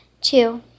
Two